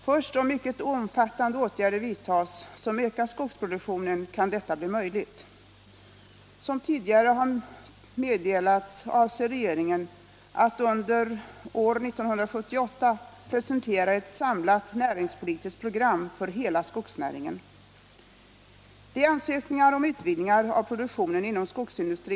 Först om mycket omfattande åtgärder vidtas, som ökar skogsproduktionen, kan detta bli möjligt. Som tidigare har meddelats avser regeringen att under år 1978 presentera ett samlat näringspolitiskt program för hela skogsnäringen.